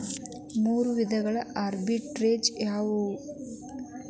ಮೂರು ವಿಧದ ಆರ್ಬಿಟ್ರೆಜ್ ಯಾವವ್ಯಾವು?